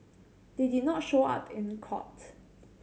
they did not show up in court